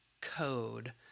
code